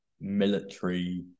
military